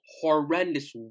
horrendous